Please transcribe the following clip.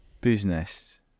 business